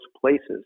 places